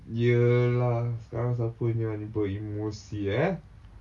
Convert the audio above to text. iya lah sekarang siapa yang ikut emosi eh